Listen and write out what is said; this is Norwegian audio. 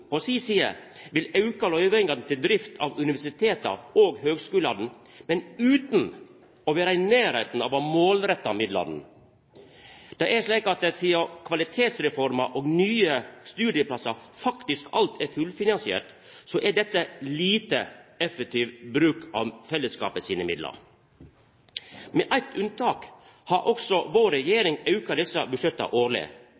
på si side vil auka løyvingane til drift av universiteta og høgskulane, men utan å vera i nærleiken av å målretta midlane. Sidan Kvalitetsreforma og nye studieplassar faktisk alt er fullfinansierte, er dette lite effektiv bruk av fellesskapet sine midlar. Med eitt unntak har også vår